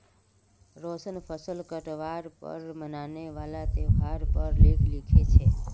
रोशन फसल काटवार पर मनाने वाला त्योहार पर लेख लिखे छे